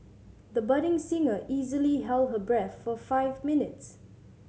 the budding singer easily held her breath for five minutes